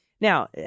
Now